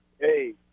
hey